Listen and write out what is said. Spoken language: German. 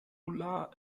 ulla